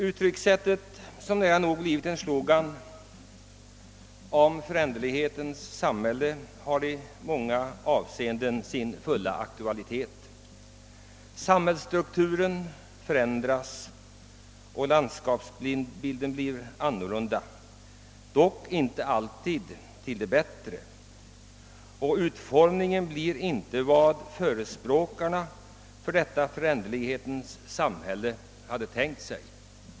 Uttrycket föränderlighetens samhälle, som nära nog blivit en slogan, har i många avseenden sin fulla aktualitet. Samhällsstrukturen förändras och landskapsbilden blir annorlunda, dock inte alltid till det bättre. Utformningen blir inte vad förespråkarna för detta föränderlighetens samhälle hade tänkt sig.